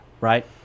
right